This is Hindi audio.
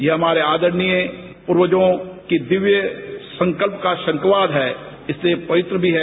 यह हमारे आदरणीय पूर्वजों की दिव्य संकल्प का शंकवाद है इसलिए पवित्र भी है